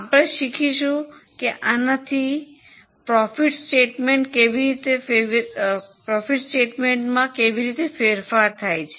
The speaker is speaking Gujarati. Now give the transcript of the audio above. આપણે શીખીશું કે આનાથી નફો પત્રકોમાં કેવી રીતે ફેરફાર થાય છે